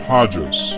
Hodges